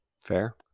Fair